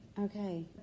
okay